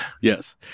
Yes